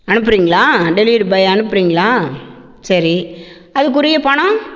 அனுப்புகிறிங்களா delivery பாயை அனுப்புகிறிங்களா சரி அதுக்குரிய பணம்